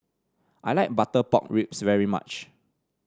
I like Butter Pork Ribs very much